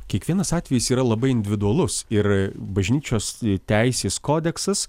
kiekvienas atvejis yra labai individualus ir bažnyčios teisės kodeksas